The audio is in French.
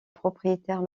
propriétaire